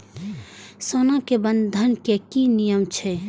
सोना के बंधन के कि नियम छै?